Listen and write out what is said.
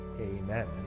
amen